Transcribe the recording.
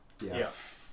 yes